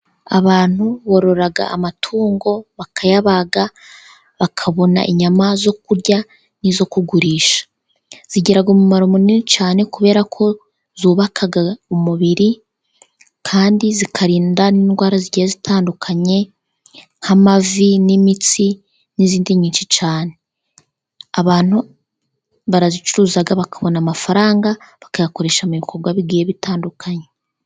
Abantu borora amatungo, bakayabaga, bakabona inyama zo kurya n’izo kugurisha. Zigira umumaro munini cyane, kubera ko zubaka umubiri kandi zikarinda n’indwara zigiye zitandukanye, nk’amavi, n’imitsi, n’izindi nyinshi cyane. Abantu barazicuruza, bakabona amafaranga, bakayakoresha mu bikorwa bigiye bitandukanye.